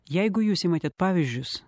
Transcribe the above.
jeigu jūs imate pavyzdžius